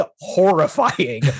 horrifying